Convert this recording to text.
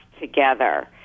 together